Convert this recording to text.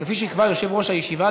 כפי שיקבע יושב-ראש המליאה,